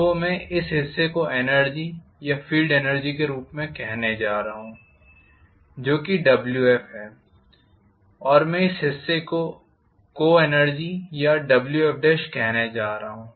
तो मैं इस हिस्से को एनर्जी या फील्ड एनर्जी के रूप में कहने जा रहा हूं जो कि Wf है और मैं इस हिस्से को को एनर्जी या Wf कहने जा रहा हूं